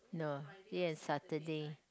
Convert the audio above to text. no yes and Saturday